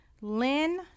Lynn